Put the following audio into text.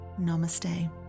Namaste